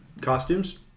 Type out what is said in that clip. costumes